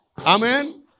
Amen